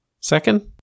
second